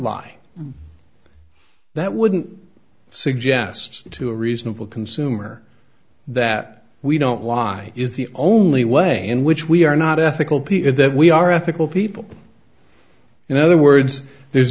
lie that wouldn't suggest to a reasonable consumer that we don't lie is the only way in which we are not ethical people that we are ethical people in other words there's